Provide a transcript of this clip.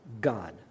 God